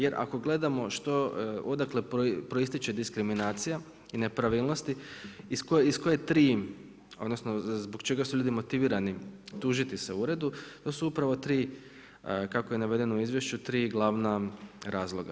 Jer ako gledamo odakle proističe diskriminacija i nepravilnosti iz koje tri odnosno zbog čega su ljudi motivirani tužiti se uredu to su upravo tri kako je navedeno u izvješću tri glavna razloga.